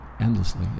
endlessly